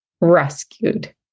rescued